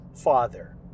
Father